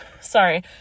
sorry